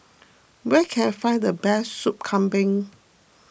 where can I find the best Sup Kambing